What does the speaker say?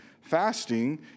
fasting